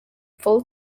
full